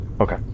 Okay